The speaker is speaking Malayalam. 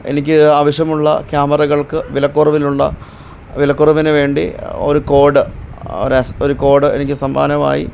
എനിക്ക് ആവശ്യമുള്ള ക്യാമറകള്ക്ക് വിലക്കുറവിലുള്ള വിലക്കുറവിന് വേണ്ടി ഒരു കോഡ് ഒരു കോഡ് എനിക്ക് സമ്മാനമായി